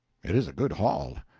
it is a good haul.